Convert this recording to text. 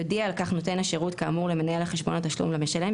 יודיע על כך נותן השירות כאמור למנהל חשבון התשלום למשלם,